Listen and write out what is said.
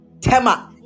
Tema